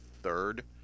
third